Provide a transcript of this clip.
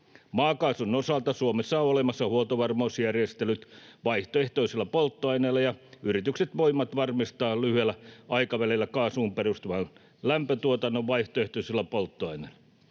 Maakaasun osalta Suomessa on olemassa huoltovarmuusjärjestelyt vaihtoehtoisilla polttoaineilla, ja yritykset voivat varmistaa lyhyellä aikavälillä kaasuun perustuvan lämpötuotannon vaihtoehtoisilla polttoaineilla.